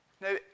Now